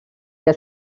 que